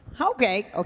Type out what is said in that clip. Okay